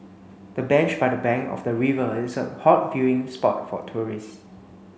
the bench by the bank of the river is a hot viewing spot for tourists